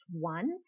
one